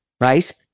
right